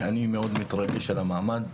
אני מאוד מתרגש על המעמד.